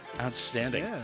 Outstanding